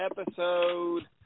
episode